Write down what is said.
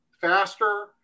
faster